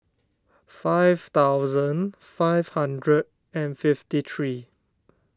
five thousand five hundred and fifty three